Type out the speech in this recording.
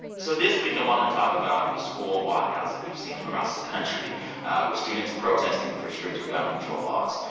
so this week, i wanted to talk about the school walkouts that we've seen across the country with students protesting for stricter gun control laws.